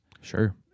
Sure